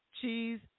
cheese